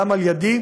גם על ידי,